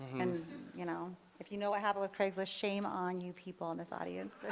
and you know if you know what happened with craigslist shame on you people in this audience,